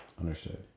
Understood